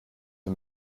für